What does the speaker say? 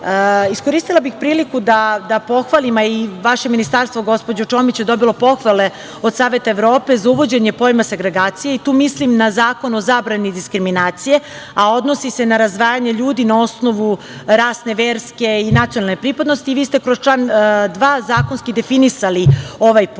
zemalja. Iskoristila bih priliku da pohvalim, a i vaše ministarstvo gospođo Čomić je dobilo pohvale od Saveta Evrope za uvođenje pojma sagregacije i tu mislim na Zakon o zabrani diskriminacije, a odnosi se na razdvajanje ljudi na osnovu rasne, verske i nacionalne pripadnosti. Vi ste kroz član 2. zakonski definisali ovaj pojam